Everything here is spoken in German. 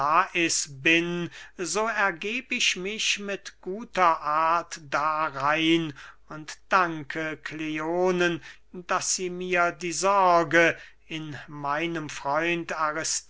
bin so ergeb ich mich mit guter art darein und danke kleonen daß sie mir die sorge in meinem freund